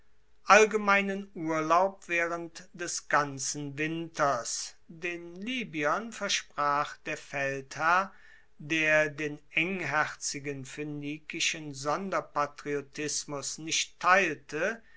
allgemeinen urlaub waehrend des ganzen winters den libyern versprach der feldherr der den engherzigen phoenikischen sonderpatriotismus nicht teilte